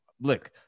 Look